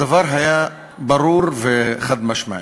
הדבר היה ברור וחד-משמעי.